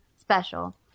special